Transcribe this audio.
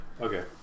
Okay